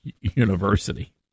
University